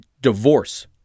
Divorce